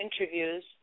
interviews